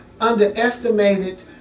underestimated